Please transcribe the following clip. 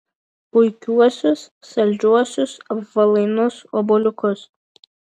puikiuosius saldžiuosius apvalainus obuoliukus